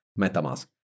Metamask